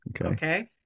Okay